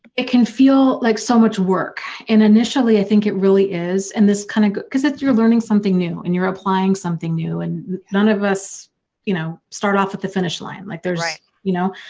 it can feel like so much work and initially i think it really is and this kind of. because you're learning something new and you're applying something new and none of us you know start off at the finish line, like there's like you know.